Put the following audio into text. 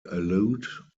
allude